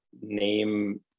name